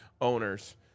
owners